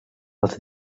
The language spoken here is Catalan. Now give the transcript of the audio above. els